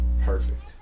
Perfect